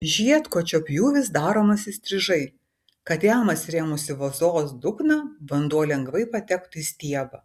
žiedkočio pjūvis daromas įstrižai kad jam atsirėmus į vazos dugną vanduo lengvai patektų į stiebą